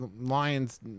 lion's